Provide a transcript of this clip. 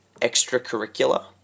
extracurricular